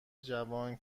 جوان